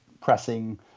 pressing